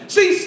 See